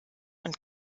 und